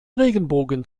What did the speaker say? regenbogen